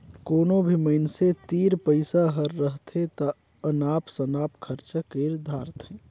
कोनो भी मइनसे तीर पइसा हर रहथे ता अनाप सनाप खरचा कइर धारथें